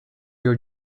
you